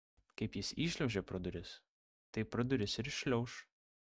kaip jis įšliaužė pro duris taip pro duris ir iššliauš